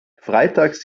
freitags